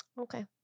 Okay